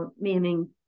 meaning